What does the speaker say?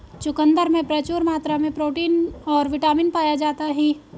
चुकंदर में प्रचूर मात्रा में प्रोटीन और बिटामिन पाया जाता ही